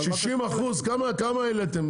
60%, כמה העליתם?